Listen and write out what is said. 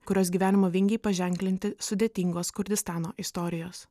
kurios gyvenimo vingiai paženklinti sudėtingos kurdistano istorijos